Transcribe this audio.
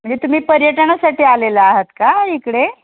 म्हणजे तुम्ही पर्यटनासाठी आलेला आहात का इकडे